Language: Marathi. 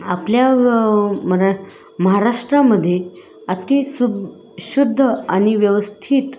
आपल्या मरा महाराष्ट्रामध्ये अति सुु शुद्ध आणि व्यवस्थित